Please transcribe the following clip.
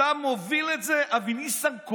"אתה מוביל את זה, אבי ניסנקורן,